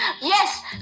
Yes